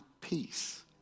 peace